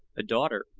a daughter,